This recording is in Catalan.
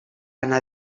anar